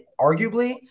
arguably